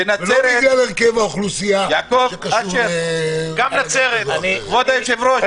-- ולא בגלל הרכב האוכלוסייה שקשור --- כבוד היושב-ראש,